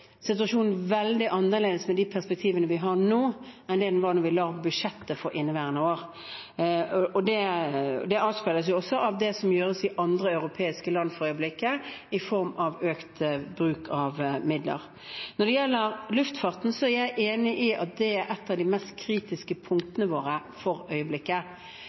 situasjonen veldig annerledes med de perspektivene vi har nå, enn den var da vi la budsjettet for inneværende år. Det avspeiles også av det som for øyeblikket gjøres i andre europeiske land i form av økt bruk av midler. Når det gjelder luftfarten, er jeg enig i at den er et av de mest kritiske punktene våre for øyeblikket.